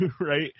right